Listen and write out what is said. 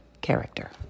character